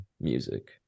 music